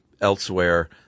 elsewhere